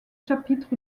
chapitres